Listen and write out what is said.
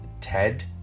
ted